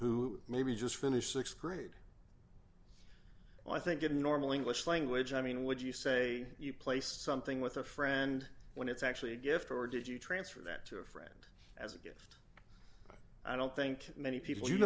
who maybe just finished th grade i think in normal english language i mean would you say you place something with a friend when it's actually a gift or did you transfer that to a friend as a gift i don't think many people you